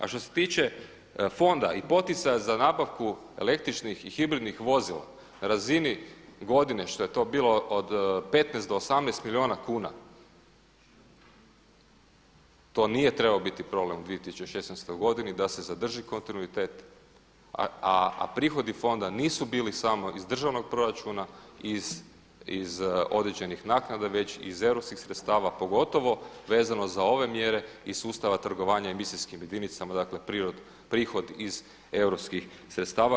A što se tiče fonda i poticaja za nabavku električnih i hibridnih vozila na razini godine što je to bilo od 15 do 18 milijuna kuna to nije trebao biti problem u 2016. godini da se zadrži kontinuitet a prihodi fonda nisu bili samo iz državnog proračuna, iz određenih naknada već iz europskih sredstava pogotovo vezano za ove mjere iz sustava trgovanja emisijskim jedinicama, dakle prihod iz europskih sredstava.